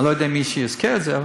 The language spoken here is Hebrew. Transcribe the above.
אני לא יודע אם מישהו הזכיר את זה.